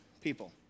people